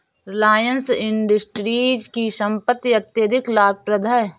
Reliance Industries की संपत्ति अत्यधिक लाभप्रद है